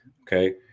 Okay